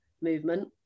movement